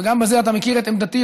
וגם בזה אתה מכיר את עמדתי,